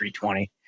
320